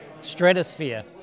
Stratosphere